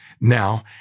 now